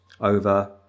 over